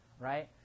right